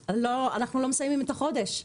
אנחנו לא מסיימים את החודש.